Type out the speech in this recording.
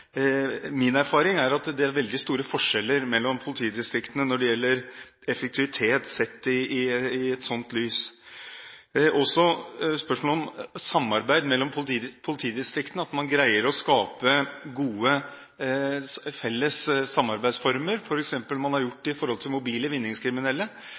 Min erfaring er at det er veldig store forskjeller mellom politidistriktene når det gjelder effektivitet, sett i et slikt lys. Det er også spørsmål om samarbeid mellom politidistriktene, at man greier å skape gode felles samarbeidsformer, f.eks. som man har gjort